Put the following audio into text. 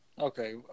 Okay